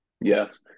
Yes